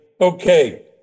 Okay